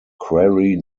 quarry